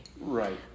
Right